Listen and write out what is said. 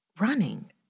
running